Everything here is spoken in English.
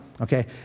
okay